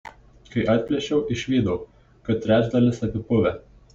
kai atplėšiau išvydau kad trečdalis apipuvę